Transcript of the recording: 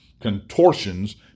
contortions